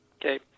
Okay